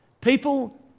People